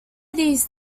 these